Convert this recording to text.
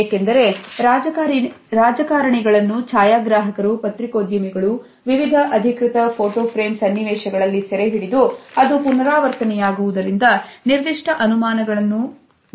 ಏಕೆಂದರೆ ರಾಜಕಾರಣಿಗಳನ್ನು ಛಾಯಾಗ್ರಾಹಕರು ಪತ್ರಿಕೋದ್ಯಮಿಗಳು ವಿವಿಧ ಅಧಿಕೃತ ಫೋಟೋ ಫ್ರೇಮ್ ಸನ್ನಿವೇಶಗಳಲ್ಲಿ ಸೆರೆಹಿಡಿದು ಅದು ಪುನರಾವರ್ತನೆಯಾಗುವುದು ರಿಂದ ನಿರ್ದಿಷ್ಟ ಅನುಮಾನಗಳನ್ನು ಗಳಿಸಿದೆ